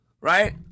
right